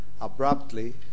abruptly